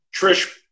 Trish